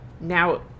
now